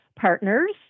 partners